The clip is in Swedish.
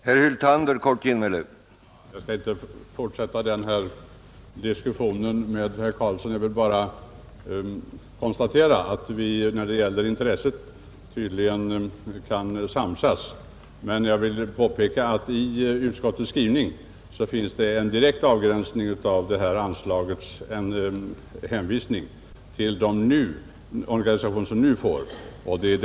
Herr talman! Jag skall inte fortsätta den här diskussionen med herr Karlsson i Huskvarna. Jag vill bara konstatera att vi när det gäller intresset tydligen kan samsas. Men jag påpekar att det i utskottets skrivning finns en direkt avgränsning av det här anslaget med hänvisning till de organisationer som nu får del av anslaget.